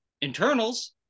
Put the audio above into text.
Internals